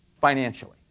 financially